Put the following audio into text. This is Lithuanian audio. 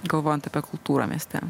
galvojant apie kultūrą mieste